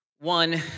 One